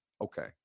okay